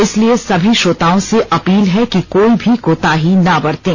इसलिए सभी श्रोताओं से अपील है कि कोई भी कोताही ना बरतें